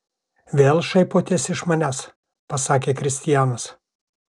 vėl šaipotės iš manęs pasakė kristianas